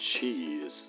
cheese